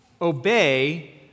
Obey